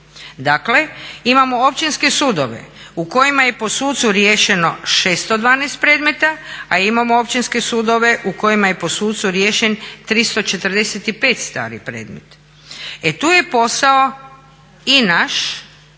Dakle, imamo općinske sudove u kojima je po sucu riješeno 612 predmeta, a imamo općinske sudove u kojima je po sucu riješen 345 stari predmet. E tu je posao i naš